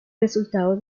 resultados